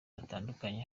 batandukanye